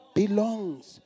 belongs